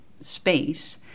space